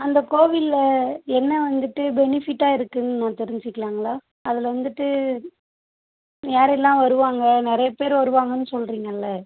அந்தக் கோவில்ல என்ன வந்துட்டு பெனிஃபிட்டாக இருக்குன்னு நான் தெரிஞ்சிக்லாங்ளா அதில் வந்துட்டு யாரெல்லாம் வருவாங்க நிறையா பேர் வருவாங்கன்னு சொல்கிறீங்கல்ல